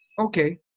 okay